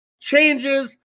changes